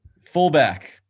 Fullback